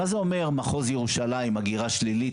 מה זה אומר מחוז ירושלים הגירה שלילית?